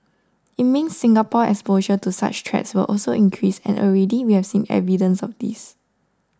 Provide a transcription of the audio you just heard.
it means Singapore's exposure to such threats will also increase and already we have seen evidence of this